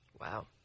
Wow